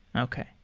okay.